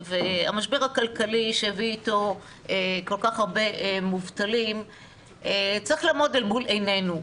המשבר הכלכלי שהביא אתו כל כך הרבה מובטלים צריך לעמוד אל מול עינינו.